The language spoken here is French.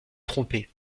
trompé